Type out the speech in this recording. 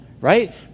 right